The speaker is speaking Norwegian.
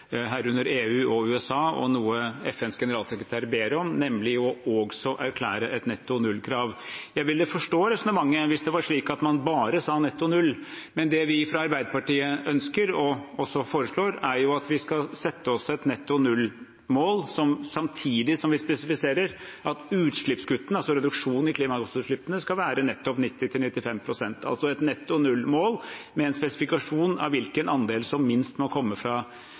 herunder EU og USA, og noe FNs generalsekretær ber om, nemlig også å erklære et netto null-krav. Jeg ville forstått resonnementet hvis det var slik at man bare sa netto null, men det vi fra Arbeiderpartiet ønsker og også foreslår, er at vi skal sette oss et netto null-mål samtidig som vi spesifiserer at utslippskuttene, altså reduksjonen i klimagassutslippene, skal være nettopp 90–95 pst., altså et netto null-mål med en spesifikasjon av hvilken andel som minst må komme fra